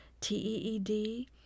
T-E-E-D